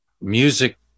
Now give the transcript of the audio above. music